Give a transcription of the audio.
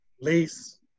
lease